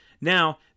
Now